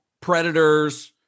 predators